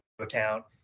account